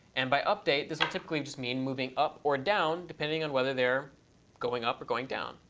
and by update, this will typically just mean moving up or down, depending on whether they're going up or going down.